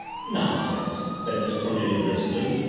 nonsense, said miss cornelia briskly.